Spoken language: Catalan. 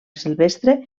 silvestre